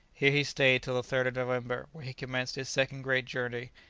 here he stayed till the third of november, when he commenced his second great journey,